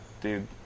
dude